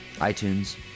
iTunes